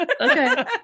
Okay